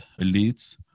elites